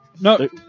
No